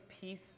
peace